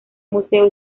museo